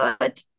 good